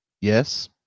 Yes